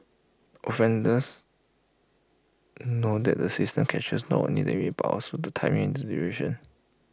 offenders know that the system captures not only the image but also the timing and duration